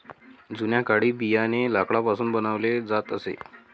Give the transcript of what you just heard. जुन्या काळी बियाणे लाकडापासून बनवले जात असे